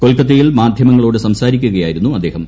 കൊൽക്കത്തയിൽ മാധ്യമങ്ങളോട് സംസാരിക്കുകയായിരുന്നു അദ്ദേഹം